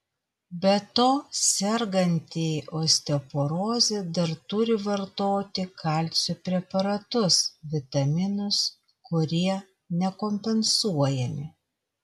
be to sergantieji osteoporoze dar turi vartoti kalcio preparatus vitaminus kurie nekompensuojami